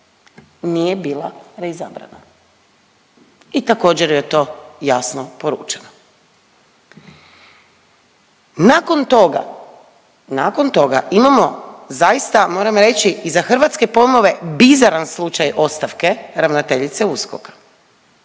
Nije bila reizabrana. I također joj je to jasno poručeno. Nakon toga, nakon toga imamo zaista, moram reći i za hrvatske pojmove, bizaran slučaj ostavke ravnateljice USKOK-a,